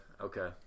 okay